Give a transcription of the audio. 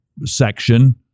section